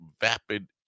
vapid